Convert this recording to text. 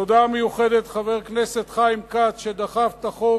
תודה מיוחדת לחבר הכנסת חיים כץ, שדחף את החוק